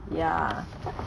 ya